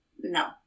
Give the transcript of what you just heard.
No